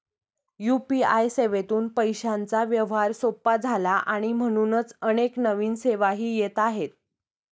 UPI सेवेतून पैशांचा व्यवहार सोपा झाला आणि म्हणूनच अनेक नवीन सेवाही येत आहेत